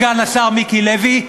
סגן השר מיקי לוי,